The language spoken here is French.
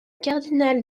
cardinal